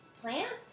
Plants